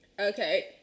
Okay